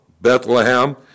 Bethlehem